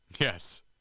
Yes